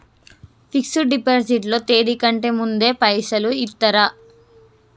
Fix డ్ deposit లో తేది కంటే ముందే పైసలు ఇత్తరా?